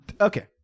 Okay